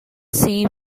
see